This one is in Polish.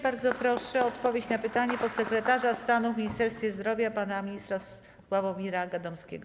Bardzo proszę o odpowiedź na pytanie podsekretarza stanu w Ministerstwie Zdrowia pana ministra Sławomira Gadomskiego.